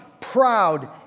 proud